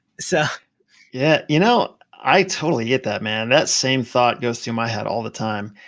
so yeah you know, i totally get that, man. that same thought goes through my head all the time.